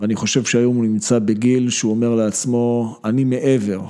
ואני חושב שהיום הוא נמצא בגיל שהוא אומר לעצמו, אני מעבר.